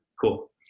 cool